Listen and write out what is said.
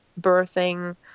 birthing